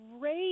great